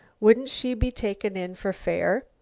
wouldn't she be taken in for fair?